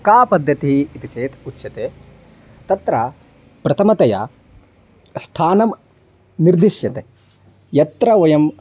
का पद्धतिः इति चेत् उच्यते तत्र प्रथमतया स्थानं निर्दिष्यते यत्र वयम्